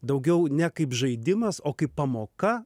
daugiau ne kaip žaidimas o kaip pamoka